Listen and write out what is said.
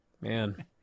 Man